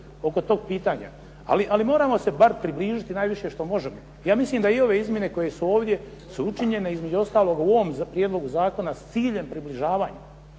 oko tog pitanja, ali moramo se bar približiti najviše što možemo. Ja mislim da i ove izmjene koje su ovdje su učinjene između ostaloga u ovom Prijedlogu zakona s ciljem približavanja.